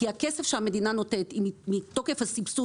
כי הכסף שהמדינה נותנת הוא מתוקף הסבסוד